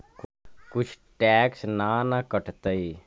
कुछ टैक्स ना न कटतइ?